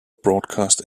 broadcast